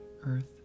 earth